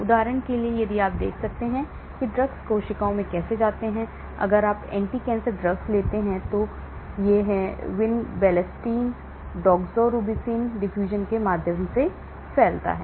उदाहरण के लिए यदि आप यह देखते हैं कि ड्रग्स कोशिकाओं में कैसे आते हैं अगर आप एंटी कैंसर ड्रग्स लेते हैं तो यह vinblastine doxorubicin diffusion के माध्यम से फैलता है